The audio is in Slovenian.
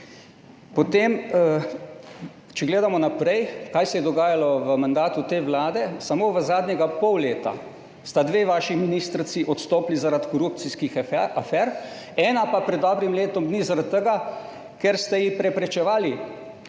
Potem če gledamo naprej, kaj se je dogajalo v mandatu te vlade. Samo v zadnjega pol leta sta dve vaši ministrici odstopili zaradi korupcijskih afer, ena pa pred dobrim letom dni zaradi tega, ker ste ji preprečevali